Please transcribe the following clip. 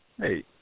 hey